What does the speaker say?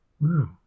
Wow